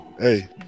Hey